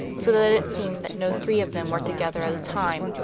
so that it seemed that no three of them were together at a time,